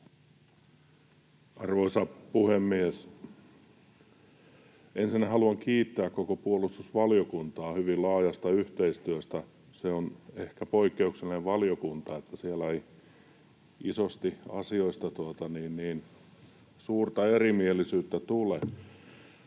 Arvoisa puhemies! Ensinnä haluan kiittää koko puolustusvaliokuntaa hyvin laajasta yhteistyöstä. Se on ehkä poikkeuksellinen valiokunta siinä, että siellä ei isosti asioista suurta erimielisyyttä tule.